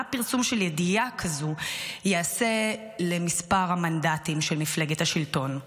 מה פרסום של ידיעה כזאת יעשה למספר המנדטים של מפלגת השלטון.